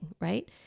Right